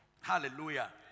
Hallelujah